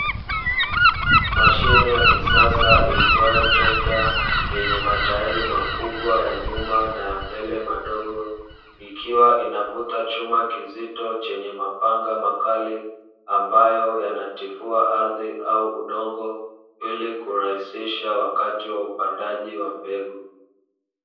Mashine ya kisasa iitwayo trekta yenye matairi makubwa ya nyuma na mbele madogo, ikiwa inavuta chuma kizito chenye mapanga makali, ambayo yanatifua ardhi au udongo ili kurahisisha wakati wa upandaji wa mbegu.